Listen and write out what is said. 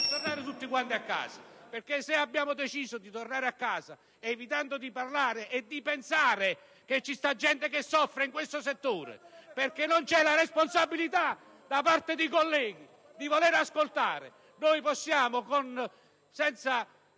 tornare tutti quanti a casa. Se abbiamo deciso di tornare a casa evitando di parlare e di pensare che c'è gente che soffre in questo settore significa che non c'è la responsabilità da parte dei colleghi di voler ascoltare. *(Commenti